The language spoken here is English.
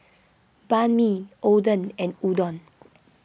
Banh Mi Oden and Udon